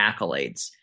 accolades